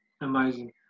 amazing